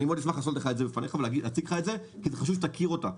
אשמח מאוד להציג אותה בפניך כי חשוב שתכיר אותה.